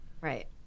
Right